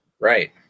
right